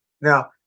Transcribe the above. Now